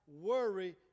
Worry